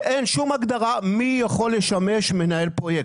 -- אין שום הגדרה מי יכול לשמש כמנהל פרויקט,